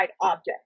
object